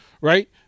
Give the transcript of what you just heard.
right